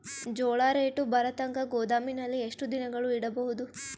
ಜೋಳ ರೇಟು ಬರತಂಕ ಗೋದಾಮಿನಲ್ಲಿ ಎಷ್ಟು ದಿನಗಳು ಯಿಡಬಹುದು?